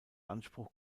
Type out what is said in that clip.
anspruch